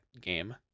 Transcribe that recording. game